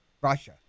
Russia